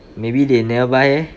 maybe they never buy leh